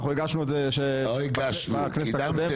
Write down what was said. אנחנו הגשנו את זה בכנסת הקודמת.